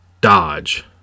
dodge